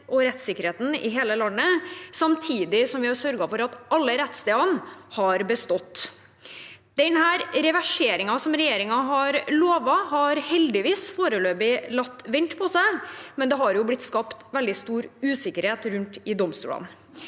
og rettssikkerheten i hele landet, samtidig som vi har sørget for at alle rettsstedene har bestått. Denne reverseringen som regjeringen har lovet, har heldigvis foreløpig latt vente på seg, men det har jo blitt skapt veldig stor usikkerhet rundt om i domstolene.